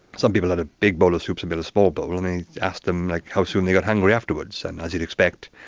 some people had a big bowl of soup, some people had a small bowl, and they asked them like how soon they got hungry afterwards. and as you'd expect,